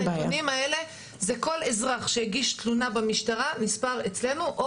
הנתונים האלה זה כל אזרח שהגיש תלונה במשטרה ונספר אצלנו,